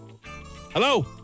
Hello